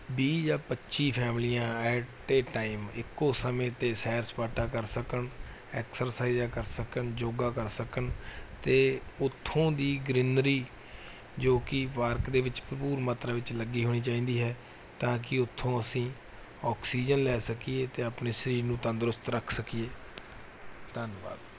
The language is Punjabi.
ਵੀਹ ਜਾਂ ਪੱਚੀ ਫੈਮਿਲੀਆਂ ਐਟ ਏ ਟਾਈਮ ਇੱਕੋ ਸਮੇਂ 'ਤੇ ਸੈਰ ਸਪਾਟਾ ਕਰ ਸਕਣ ਐਕਸਰਸਾਈਜਾਂ ਕਰ ਸਕਣ ਯੋਗਾ ਕਰ ਸਕਣ ਅਤੇ ਉਥੋਂ ਦੀ ਗਰੀਨਰੀ ਜੋ ਕਿ ਪਾਰਕ ਦੇ ਵਿੱਚ ਭਰਪੂਰ ਮਾਤਰਾ ਵਿੱਚ ਲੱਗੀ ਹੋਣੀ ਚਾਹੀਦੀ ਹੈ ਤਾਂ ਕਿ ਉਥੋਂ ਅਸੀਂ ਆਕਸੀਜਨ ਲੈ ਸਕੀਏ ਅਤੇ ਆਪਣੇ ਸਰੀਰ ਨੂੰ ਤੰਦਰੁਸਤ ਰੱਖ ਸਕੀਏ ਧੰਨਵਾਦ